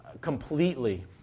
completely